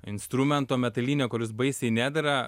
instrumento metalinio kuris baisiai nedera